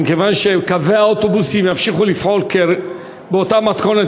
כיוון שקווי האוטובוסים ימשיכו לפעול באותה מתכונת,